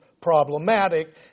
problematic